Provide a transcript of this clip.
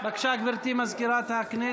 בבקשה, גברתי סגנית מזכירת הכנסת,